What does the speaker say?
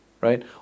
right